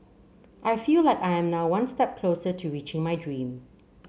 I feel like I am now one step closer to reaching my dream